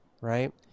right